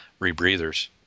rebreathers